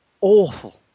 awful